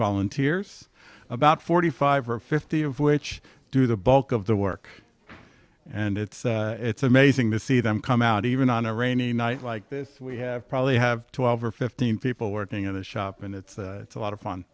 volunteers about forty five or fifty of which do the bulk of the work and it's it's amazing to see them come out even on a rainy night like this we have probably have twelve or fifteen people working in the shop and it's a lot of fun